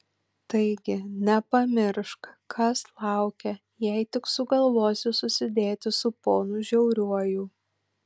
taigi nepamiršk kas laukia jei tik sugalvosi susidėti su ponu žiauriuoju